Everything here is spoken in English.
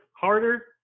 harder